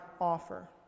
offer